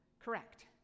Correct